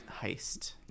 heist